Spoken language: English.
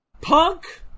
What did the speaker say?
Punk